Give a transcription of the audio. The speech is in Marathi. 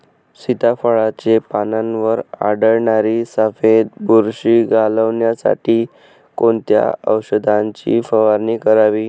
सीताफळाचे पानांवर आढळणारी सफेद बुरशी घालवण्यासाठी कोणत्या औषधांची फवारणी करावी?